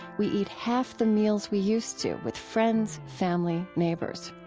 we eat half the meals we used to with friends, family, neighbors.